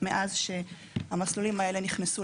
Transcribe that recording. מנהל אגף בכיר רישוי עסקים במשרד הפנים.